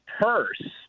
purse